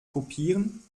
kopieren